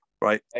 right